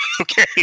Okay